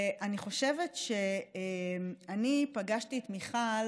אני חושבת שאני פגשתי את מיכל,